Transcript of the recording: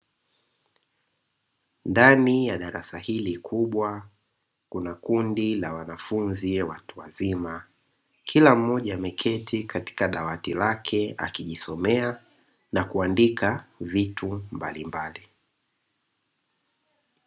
Ndani ya darasa hili kubwa kuna kundi la wanafunzi watu wazima. Kila mmoja ameketi katika dawati lake akijisomea na kuandika vitu mbalimbali.